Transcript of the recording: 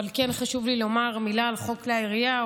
אבל כן חשוב לי לומר מילה על חוק כלי הירייה,